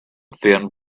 thin